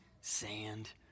sand